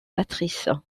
matrice